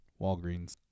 Walgreens